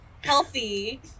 healthy